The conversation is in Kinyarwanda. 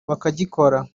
bakagikora